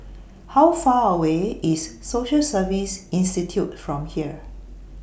How Far away IS Social Service Institute from here